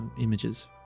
images